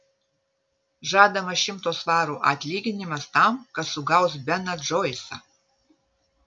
žadamas šimto svarų atlyginimas tam kas sugaus beną džoisą